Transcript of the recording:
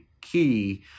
key